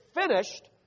finished